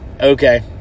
okay